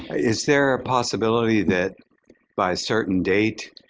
is there a possibility that by a certain date,